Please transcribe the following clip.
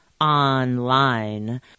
online